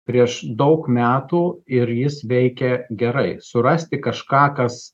prieš daug metų ir jis veikia gerai surasti kažką kas